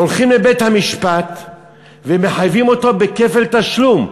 הולכים לבית-המשפט ומחייבים אותו בכפל תשלום.